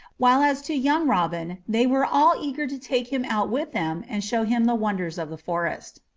while as to young robin, they were all eager to take him out with them and show him the wonders of the forest.